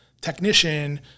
technician